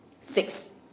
Six